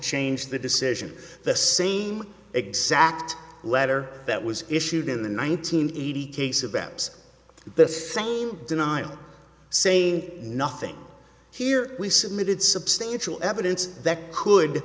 change the decision the same exact letter that was issued in the one nine hundred eighty case about the same denial saying nothing here we submitted substantial evidence that could